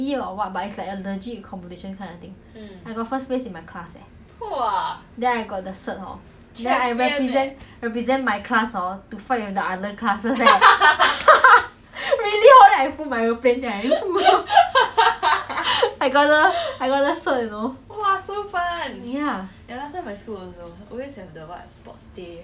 I got the I got the cert you know ya oh ya ya a lot of all these kind of primary school leh then secondary school got um macritchie run cross country so girls will run three point two K_M